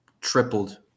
tripled